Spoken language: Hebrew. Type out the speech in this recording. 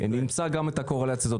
נמצא גם את הקורלציה הזאת.